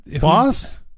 boss